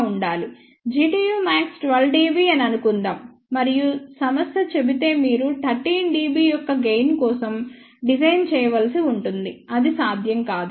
Gtumax 12 dB అని అనుకుందాం మరియు సమస్య చెబితే మీరు 13 dB యొక్క గెయిన్ కోసం డిజైన్ చేయవలసి ఉంటుంది అది సాధ్యం కాదు